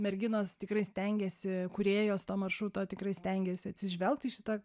merginos tikrai stengiasi kūrėjos to maršruto tikrai stengiasi atsižvelgt į šitą